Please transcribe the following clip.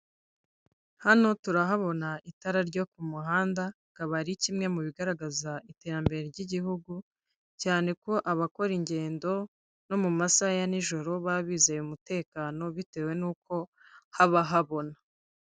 Hano turahabona itara ryo ku muhanda akaba ari kimwe mu bigaragaza iterambere ry'igihugu cyane ko abakora ingendo no mu masaha ya nijoro baba bizeye umutekano bitewe n'uko haba habona.